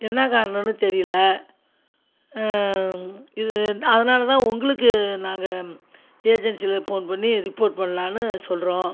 என்ன காரணோனு தெரியல இது அதனால் தான் உங்களுக்கு நாங்கள் ஏஜென்சியில் ஃபோன் பண்ணி ரிப்போர்ட் பண்ணலானு சொல்கிறோம்